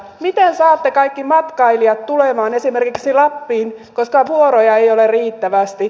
miten saatte kaikki matkailijat tulemaan esimerkiksi lappiin koska vuoroja ei ole riittävästi